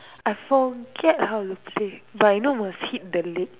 I forget how to play but I know must hit the legs